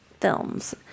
films